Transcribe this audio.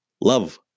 love